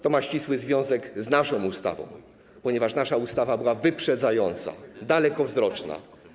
To ma ścisły związek z naszą ustawą, ponieważ nasza ustawa była wyprzedzająca, dalekowzroczna.